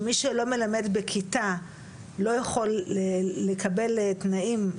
של מי שלא מלמד בכיתה לא יכול לקבל תנאים,